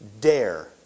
dare